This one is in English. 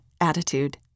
attitude